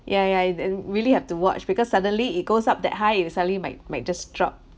ya ya I really have to watch because suddenly it goes up that high it will suddenly might might just drop